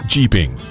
Jeeping